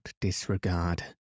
disregard